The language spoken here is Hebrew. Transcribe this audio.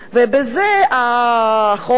בזה החוק,